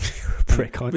prick